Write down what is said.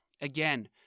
Again